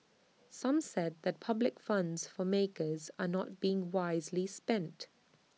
some said that public funds for makers are not being wisely spent